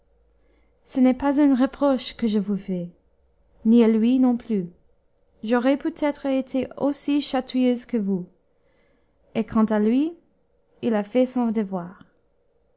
ce n'est pas un reproche que je vous fais ni à lui non plus j'aurais peut-être été aussi chatouilleuse que vous et quant à lui il a fait son devoir